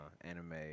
anime